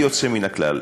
בלי יוצא מן הכלל,